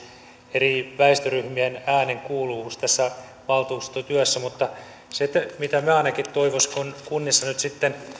eri väestöryhmien äänen kuuluvuus tässä valtuustotyössä mutta se mitä minä ainakin toivoisin kun kunnissa nyt sitten